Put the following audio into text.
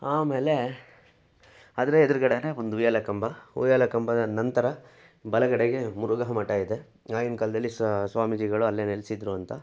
ಆಮೇಲೆ ಅದರ ಎದ್ರುಗಡೆಯೆ ಒಂದು ಉಯ್ಯಾಲೆ ಕಂಬ ಉಯ್ಯಾಲೆ ಕಂಬದ ನಂತರ ಬಲಗಡೆಗೆ ಮುರುಘಾ ಮಠ ಇದೆ ಆಗಿನ ಕಾಲದಲ್ಲಿ ಸ್ವಾಮೀಜಿಗಳು ಅಲ್ಲೇ ನೆಲೆಸಿದ್ರು ಅಂತ